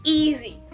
easy